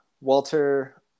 Walter